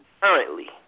currently